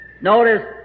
Notice